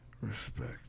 Respect